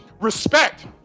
Respect